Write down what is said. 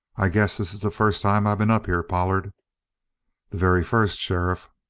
i guess this is the first time i been up here, pollard? the very first, sheriff.